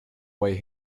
way